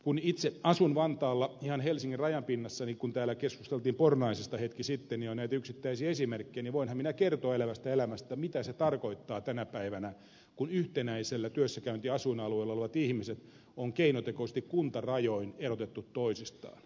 kun itse asun vantaalla ihan helsingin rajan pinnassa ja kun täällä keskusteltiin pornaisista hetki sitten ja on näitä yksittäisiä esimerkkejä niin voinhan minä kertoa elävästä elämästä mitä se tarkoittaa tänä päivänä kun yhtenäisellä työssäkäyntiasuinalueella olevat ihmiset ovat keinotekoisesti kuntarajoin erotettu toisistaan